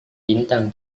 bintang